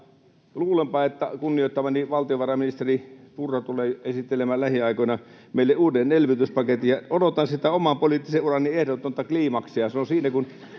luulenpa, että kunnioittamani valtiovarainministeri Purra tulee esittelemään lähiaikoina meille uuden elvytyspaketin. Odotan siitä oman poliittisen urani ehdotonta kliimaksia, ja se on siitä, kun